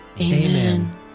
Amen